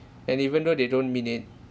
and even though they don't mean it